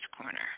corner